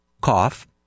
cough